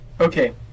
Okay